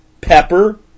pepper